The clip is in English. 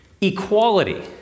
Equality